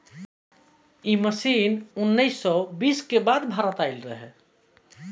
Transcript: इ मशीन उन्नीस सौ बीस के बाद भारत में आईल